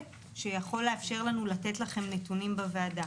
שיכול לאפשר לנו לתת לכם נתונים בוועדה.